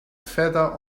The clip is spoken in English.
feather